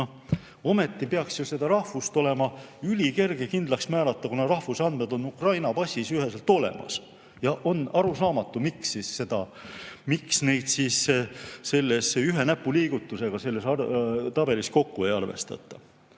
Ometi peaks rahvust olema ülikerge kindlaks määrata, kuna rahvuse andmed on Ukraina passis üheselt olemas. Ja on arusaamatu, miks neid siis ühe näpuliigutusega selles tabelis kokku ei arvestata.